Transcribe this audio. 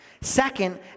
Second